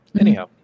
Anyhow